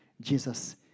Jesus